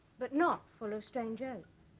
but not full of strange jokes.